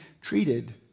treated